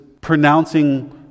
pronouncing